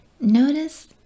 Notice